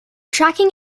tracking